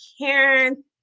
Karen